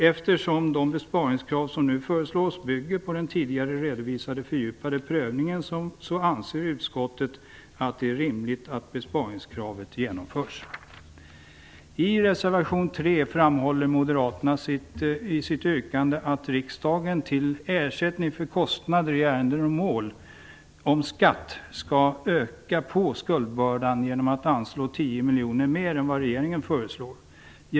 Eftersom de besparingskrav som nu föreslås bygger på den tidigare redovisade fördjupade prövningen anser utskottet att det är rimligt att besparingskravet genomförs. I reservation nr. 3 framhåller moderaterna i sitt yrkande att riksdagen till Ersättning för kostnader i ärenden och mål om skatt, skall öka på skuldbördan genom att anslå 10 miljoner mer än vad regeringen föreslår.